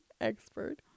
expert